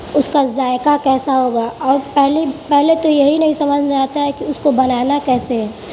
اس کا ذائقہ کیسا ہوگا اور پہلے پہلے تو یہی نہیں سمجھ میں آتا ہے کہ اس کو بنانا کیسے ہے